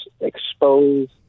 exposed